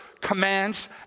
commands